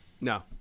No